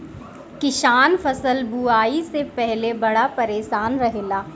किसान फसल बुआई से पहिले बड़ा परेशान रहेला